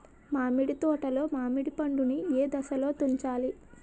మామిడి తోటలో మామిడి పండు నీ ఏదశలో తుంచాలి?